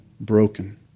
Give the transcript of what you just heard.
broken